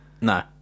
No